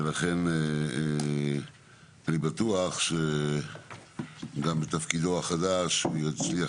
ולכן אני בטוח שגם בתפקידו החדש הוא יצליח